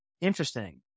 interesting